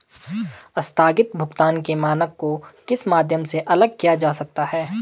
आस्थगित भुगतान के मानक को किस माध्यम से अलग किया जा सकता है?